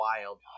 wild